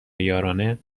یارانه